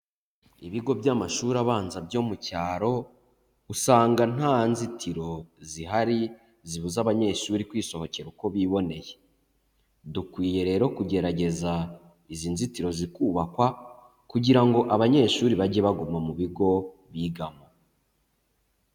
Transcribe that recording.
Ibigo by'amashuri abanza byo mu cyaro, usanga nta nzitiro zihari zibuza abanyeshuri kwisohokera uko biboneye, dukwiye rero kugerageza izi nzitiro zikubakwa kugira ngo abanyeshuri bajye baguma mu bigo bigamo.